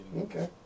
Okay